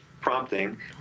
prompting